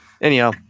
anyhow